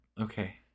okay